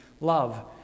love